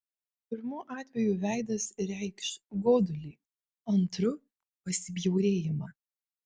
pirmu atveju veidas reikš godulį antru pasibjaurėjimą